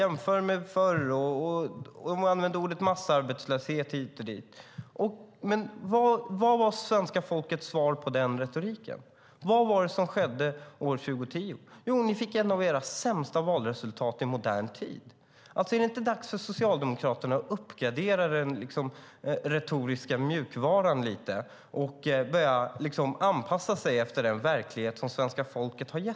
Jämför med förr! Ni använde ordet "massarbetslöshet" hit och dit. Vad var svenska folkets svar på den retoriken? Vad var det som skedde år 2010? Jo, ni fick ett av era sämsta valresultat i modern tid. Är det inte dags för Socialdemokraterna att uppgradera den retoriska mjukvaran lite och börja anpassa sig efter den verkligheten som svenska folket lever i?